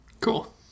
cool